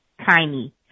Tiny